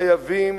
חייבים,